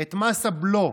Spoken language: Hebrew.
את מס הבלו,